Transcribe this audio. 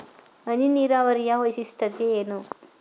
ಹನಿ ನೀರಾವರಿಯ ವೈಶಿಷ್ಟ್ಯತೆ ಏನು?